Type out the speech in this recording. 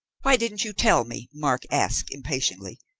why didn't you tell me? mark asked impatiently.